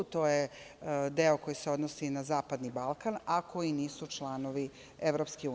To je deo koji se odnosi na zapadni Balkan, a koji nisu članovi EU.